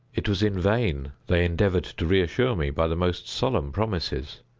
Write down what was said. it was in vain they endeavored to reassure me by the most solemn promises.